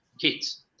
kids